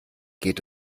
geht